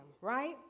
right